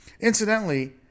Incidentally